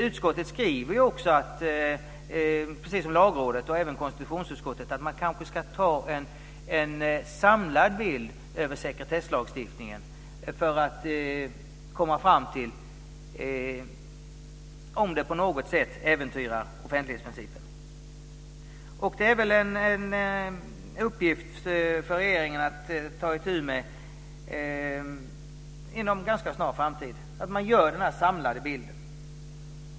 Utskottet skriver också precis som Lagrådet och även konstitutionsutskottet att man kanske ska göra sig en samlad bild av sekretesslagstiftningen för att komma fram till om det på något sätt äventyrar offentlighetsprincipen. Det är en uppgift för regeringen att ta itu med inom ganska snar framtid att göra den samlade bilden.